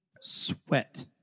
Sweat